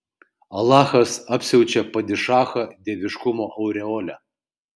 alachas apsiaučia padišachą dieviškumo aureole